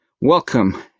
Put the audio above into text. Welcome